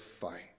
fight